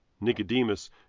Nicodemus